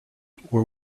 were